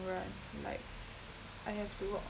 run like I have to work